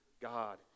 God